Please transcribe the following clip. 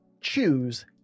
choose